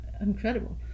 incredible